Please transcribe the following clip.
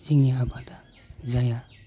जोंनि आबादा जाया